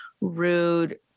rude